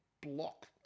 block